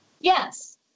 Yes